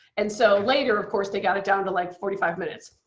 and so later of course they got down to like forty five minutes.